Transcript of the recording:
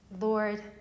Lord